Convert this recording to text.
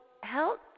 help